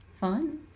fun